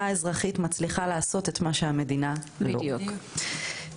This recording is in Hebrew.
האזרחית מצליחה לעשות את מה שהמדינה לא מצליחה.